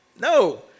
No